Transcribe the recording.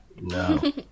No